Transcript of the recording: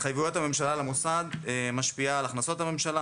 התחייבויות הממשלה למוסד משפיעה על הכנסות הממשלה,